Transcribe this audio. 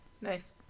Nice